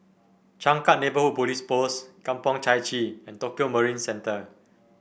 Changkat Neighbourhood Police Post Kampong Chai Chee and Tokio Marine Centre